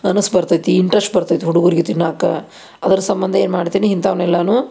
ಮನಸ್ಸು ಬರ್ತೈತಿ ಇಂಟ್ರಸ್ಟ್ ಬರ್ತೈತೆ ಹುಡ್ಗುರಿಗೆ ತಿನ್ನಕ್ಕ ಅದ್ರ ಸಂಬಂಧ ಏನು ಮಾಡ್ತೀನಿ ಇಂಥವ್ನ ಎಲ್ಲನೂ